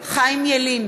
חיים ילין,